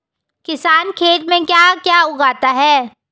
किसान खेत में क्या क्या उगाता है?